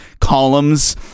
columns